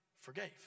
forgave